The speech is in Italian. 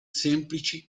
semplici